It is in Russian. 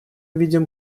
ведем